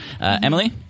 Emily